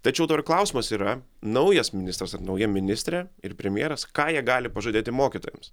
tačiau dar klausimas yra naujas ministras ar nauja ministrė ir premjeras ką jie gali pažadėti mokytojams